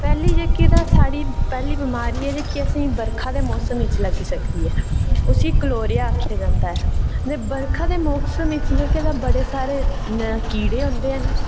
पैह्ली जेह्की तां साढ़ी पैह्ली बमारी ऐ जेह्की असें ई बरखा दे मौसम च लग्गी सकदी ऐ उसी क्लोरिया आखेआ जंदा ऐ ते बरखा दे मौसम च जेह्के बड़े सारे कीड़े होंदे न